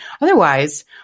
Otherwise